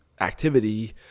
activity